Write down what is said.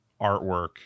artwork